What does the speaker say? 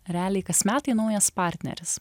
realiai kas metai naujas partneris